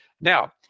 Now